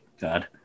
God